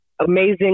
Amazing